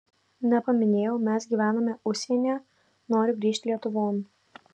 nepaminėjau mes gyvename užsienyje noriu grįžt lietuvon